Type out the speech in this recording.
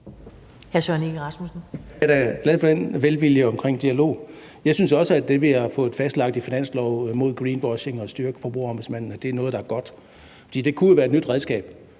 Jeg er da glad for den velvilje omkring dialogen. Jeg synes også, at det, vi har fået fastlagt i finansloven mod greenwashing og for at styrke Forbrugerombudsmanden, er noget, der er godt. Det kunne jo være et nyttigt redskab.